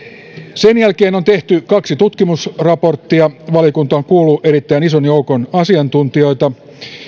sen jälkeen on tehty kaksi tutkimusraporttia valiokunta on kuullut erittäin ison joukon asiantuntijoita